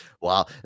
Wow